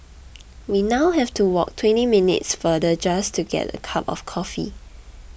we now have to walk twenty minutes farther just to get a cup of coffee